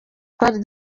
twari